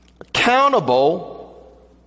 accountable